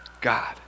God